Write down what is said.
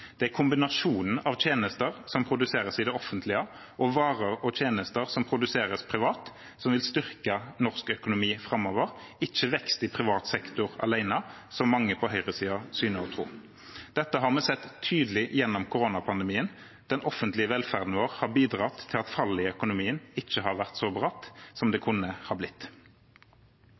Det er kombinasjonen av tjenester som produseres i det offentlige, og varer og tjenester som produseres privat, som vil styrke norsk økonomi framover, ikke vekst i privat sektor alene, som mange på høyresiden synes å tro. Dette har vi sett tydelig gjennom koronapandemien. Den offentlige velferden vår har bidratt til at fallet i økonomien ikke har vært så bratt som det kunne ha blitt.